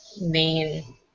main